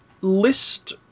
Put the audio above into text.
list